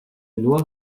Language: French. noir